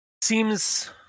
Seems